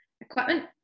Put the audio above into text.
equipment